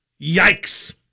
Yikes